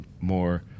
more